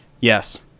yes